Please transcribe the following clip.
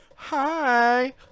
Hi